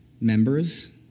members